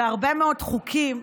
בהרבה מאוד חוקים,